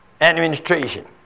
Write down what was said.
administration